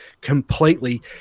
completely